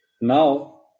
Now